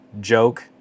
joke